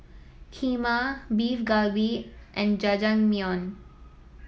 Kheema Beef Galbi and Jajangmyeon